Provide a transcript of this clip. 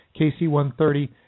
KC-130